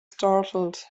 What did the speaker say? startled